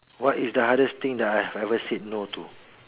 what is the hardest thing that I have ever said no to